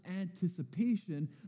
anticipation